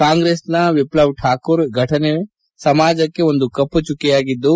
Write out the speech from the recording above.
ಕಾಂಗ್ರೆಸ್ನ ವಿಪ್ಲವ್ ಕಾಕೂರ್ ಈ ಫಟನೆ ಸಮಾಜಕ್ಕೆ ಒಂದು ಕಪ್ಪು ಚುಕ್ಕೆಯಾಗಿದ್ದು